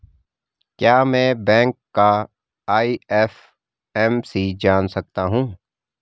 क्या मैं बैंक का आई.एफ.एम.सी जान सकता हूँ?